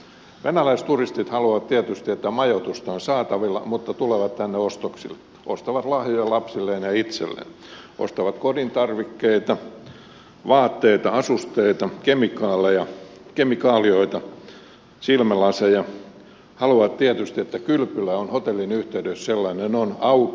venäläisturistit haluavat tietysti että majoitusta on saatavilla mutta tulevat tänne ostoksille ostavat lahjoja lapsilleen ja itselleen ostavat kodintarvikkeita vaatteita asusteita kemikaaleja kemikalioita silmälaseja haluavat tietysti että kylpylä on hotellin yhteydessä jos sellainen on auki